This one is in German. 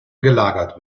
gelagert